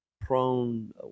prone